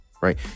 right